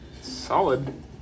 Solid